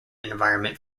environment